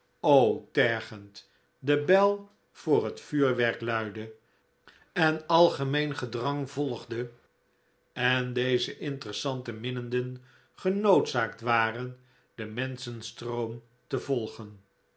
tergend de bel voor het vuurwerk luidde en algemeen gedrang en geren volgde en deze interessante minnenden genoodzaakt waren den menschenstroom te volgen